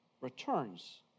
returns